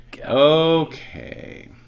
Okay